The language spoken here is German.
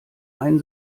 ein